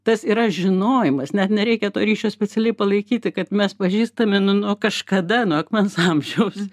tas yra žinojimas net nereikia to ryšio specialiai palaikyti kad mes pažįstami nu nuo kažkada nuo akmens amžiaus